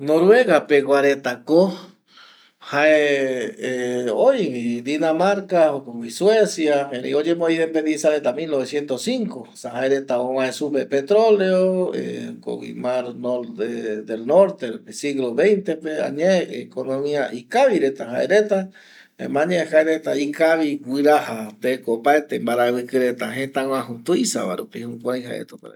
Noruega pegua reta ko jae oivi Dinamarca jokogüi Suecia erei oyemoindependiza milnovecientos cinco jaereta ovae supe petroleo jare añae y economia jaekavi reta jaema jaereta imbaraviki tuisa jaema jaereta jukurei iparaiki.